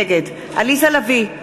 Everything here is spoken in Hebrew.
נגד עליזה לביא,